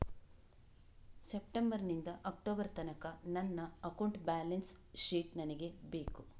September ನಿಂದ October ತನಕ ನನ್ನ ಅಕೌಂಟ್ ಬ್ಯಾಲೆನ್ಸ್ ಶೀಟ್ ನನಗೆ ಬೇಕು